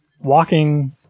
walking